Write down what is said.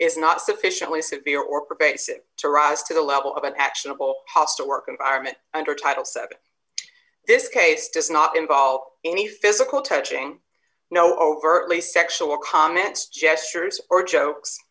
is not sufficiently severe or pervasive to rise to the level of an actionable hostile work environment under title seven this case does not involve any physical touching no overtly sexual comments gestures or jokes